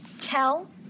Tell